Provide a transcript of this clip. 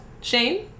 Shane